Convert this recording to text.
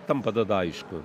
tampa tada aišku